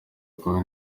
kumi